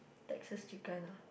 texas chicken ah